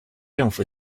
政府